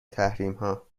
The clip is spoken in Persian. تحریمها